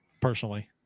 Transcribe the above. personally